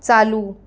चालू